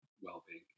well-being